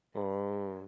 oh